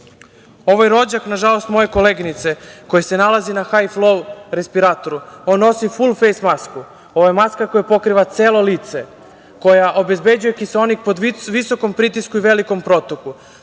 Ovo je rođak, nažalost, moje koleginice koja se nalazi "hajflou" respiratoru, on nosi "fulfejs" masku. Ovo je maska koja pokriva celo lice, koja obezbeđuje kiseonik pod visokom pritisku i velikom protoku.